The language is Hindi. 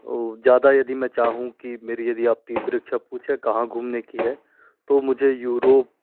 ज़्यादा यदि मैं चाहूं तो की यदि मेरी आप तीव्र इच्छा पूछे कहाँ घूमने की है तो मुझे यूरोप